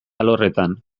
alorretan